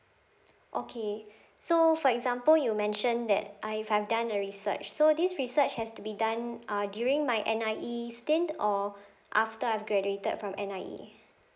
okay so for example you mentioned that I've if I've done a research so this research has to be done uh during my N_I_E stand or after I graduated from N_I_E